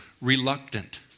reluctant